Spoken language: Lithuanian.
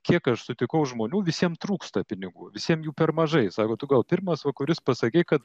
kiek aš sutikau žmonių visiem trūksta pinigų visiem jų per mažai sako tu gal pirmas va kuris pasakei kad